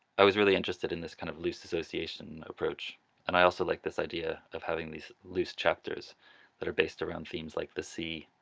i was really interested in this kind of loose association approach and i also like this idea of having these loose chapters that are based around themes like the sea,